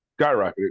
skyrocketed